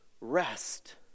rest